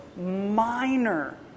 minor